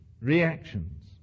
reactions